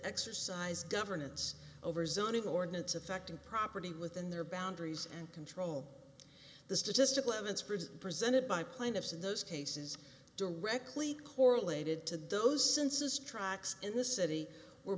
exercised governance over zoning ordinance affecting property within their boundaries and control the statistical evidence produced presented by plaintiffs in those cases directly correlated to those census tracks and the city were